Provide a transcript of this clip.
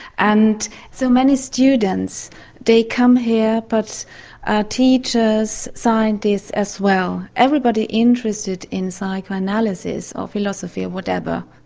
and so many students they come here, but ah teachers, scientists as well. everybody interested in psychoanalysis or philosophy or whatever.